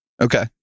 Okay